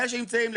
אלה שנמצאים,